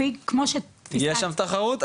כמו ש --- יש שם תחרות,